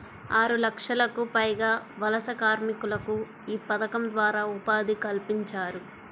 ఆరులక్షలకు పైగా వలస కార్మికులకు యీ పథకం ద్వారా ఉపాధి కల్పించారు